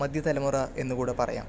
മധ്യ തലമുറ എന്നുകൂടി പറയാം